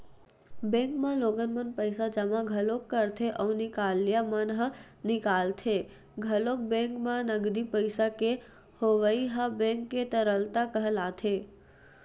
bank म लोगन मन पइसा जमा घलोक करथे अउ निकलइया मन ह निकालथे घलोक बेंक म नगदी पइसा के होवई ह बेंक के तरलता कहलाथे